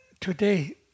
today